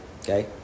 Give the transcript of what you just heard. okay